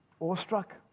awestruck